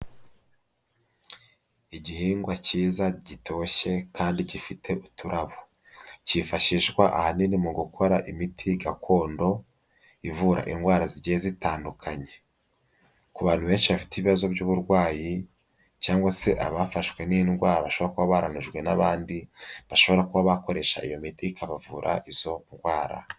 Igihingwa cyiza gitoshye kandi gifite uturabo. Cyifashishwa ahanini mu gukora imiti gakondo, ivura indwara zigiye zitandukanye. Ku bantu benshi bafite ibibazo by'uburwayi cyangwa se abafashwe n'indwara bashora kuba barandujwe n'abandi, bashobora kuba bakoresha iyo miti ikabavura izo ndwara.